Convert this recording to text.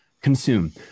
Consume